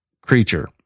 creature